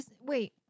Wait